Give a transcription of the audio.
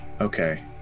Okay